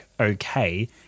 okay